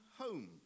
home